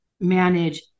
manage